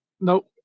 Nope